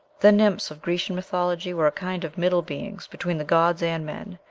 the nymphs of grecian mythology were a kind of middle beings between the gods and men,